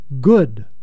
good